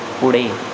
पुढे